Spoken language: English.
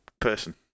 person